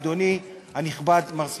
אדוני הנכבד מר,